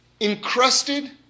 encrusted